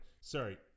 Sorry